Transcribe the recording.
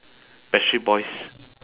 backstreet boys